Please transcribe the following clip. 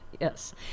Yes